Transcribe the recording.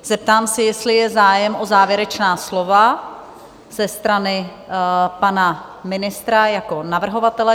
Zeptám se, jestli je zájem o závěrečná slova ze strany pana ministra jako navrhovatele?